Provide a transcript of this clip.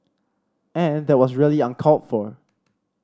and that was really uncalled for